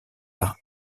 par